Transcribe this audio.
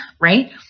right